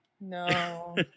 No